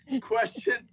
question